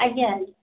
ଆଜ୍ଞା